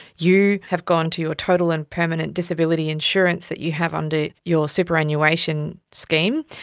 you have gone to your total and permanent disability insurance that you have under your superannuation scheme,